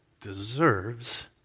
deserves